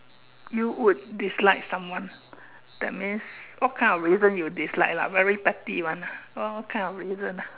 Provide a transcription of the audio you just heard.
you would dislike someone that means what kind of reason you dislike lah very petty one lah what kind of reason